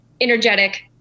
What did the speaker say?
energetic